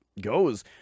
goes